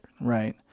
Right